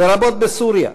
לרבות בסוריה,